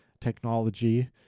technology